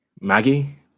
Maggie